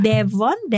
Devon